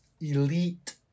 elite